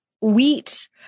wheat